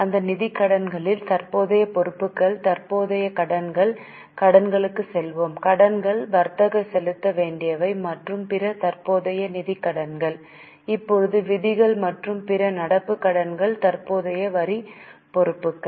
அந்த நிதிக் கடன்களில் தற்போதைய பொறுப்புகள் தற்போதைய கடன்கள் கடன்களுக்கு செல்வோம் கடன்கள் வர்த்தக செலுத்த வேண்டியவை மற்றும் பிற தற்போதைய நிதிக் கடன்கள் இப்போது விதிகள் மற்றும் பிற நடப்பு கடன்கள் தற்போதைய வரி பொறுப்புகள்